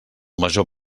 major